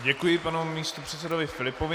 Děkuji panu místopředsedovi Filipovi.